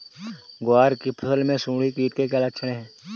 ग्वार की फसल में सुंडी कीट के क्या लक्षण है?